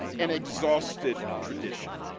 an exhausted tradition?